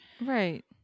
Right